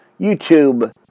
YouTube